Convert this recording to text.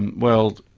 and well,